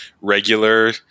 regular